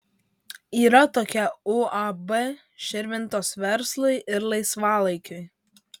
yra tokia uab širvintos verslui ir laisvalaikiui